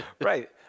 Right